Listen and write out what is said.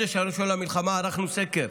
בחודש הראשון למלחמה ערכנו סקר